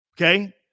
Okay